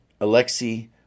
Alexei